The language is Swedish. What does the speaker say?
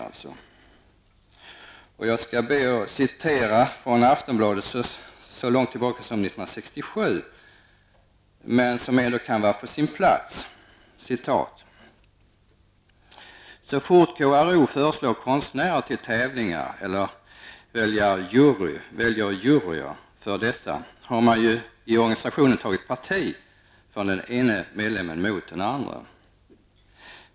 Jag skall be att få citera från Aftonbladet så långt tillbaka som från 1967, men det kanske ändå kan vara på sin plats: ''Så fort KRO föreslår konstnärer till tävlingar eller väljer juryer för dessa har man i organisationen tagit parti för den ene medlemmen mot den andre.